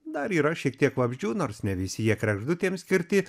dar yra šiek tiek vabzdžių nors ne visi jie kregždutėms skirti